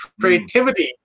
creativity